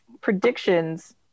predictions